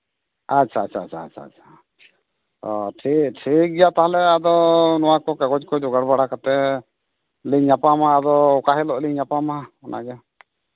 ᱟᱪᱪᱷᱟ ᱪᱷᱟ ᱪᱷᱟ ᱪᱷᱟ ᱪᱷᱟ ᱪᱷᱟ ᱦᱚᱸ ᱴᱷᱤᱠ ᱜᱮᱭᱟ ᱴᱷᱤᱠ ᱜᱮᱭᱟ ᱛᱟᱦᱚᱞᱮ ᱟᱫᱚ ᱱᱚᱣᱟ ᱠᱚ ᱠᱟᱜᱚᱡᱽ ᱠᱚ ᱡᱚᱜᱟᱲ ᱵᱟᱲᱟ ᱠᱟᱛᱮ ᱧᱟᱯᱟᱢᱟ ᱟᱫᱚ ᱚᱠᱟ ᱦᱤᱞᱳᱜ ᱞᱤᱧ ᱧᱟᱯᱟᱢᱟ ᱚᱱᱟ ᱜᱮ